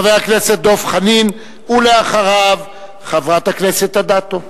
חבר הכנסת דב חנין, ואחריו, חברת הכנסת אדטו.